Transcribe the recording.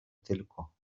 tylko